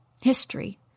History